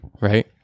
Right